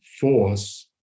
force